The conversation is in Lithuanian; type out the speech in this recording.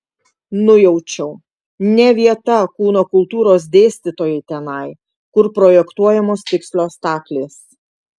nujaučiau ne vieta kūno kultūros dėstytojai tenai kur projektuojamos tikslios staklės